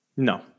No